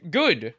good